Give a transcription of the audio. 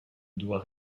doit